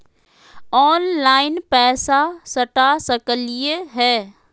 Online पैसा सटा सकलिय है?